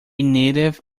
native